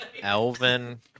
Elvin